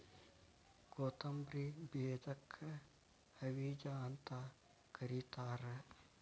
ಕೊತ್ತಂಬ್ರಿ ಬೇಜಕ್ಕ ಹವಿಜಾ ಅಂತ ಕರಿತಾರ